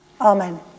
Amen